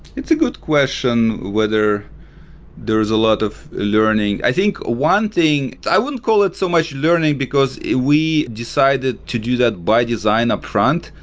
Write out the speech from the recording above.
it's a good question, whether there's a lot of learning i think one thing i wouldn't call it so much learning, because we decided to do that by design upfront.